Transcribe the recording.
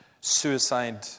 suicide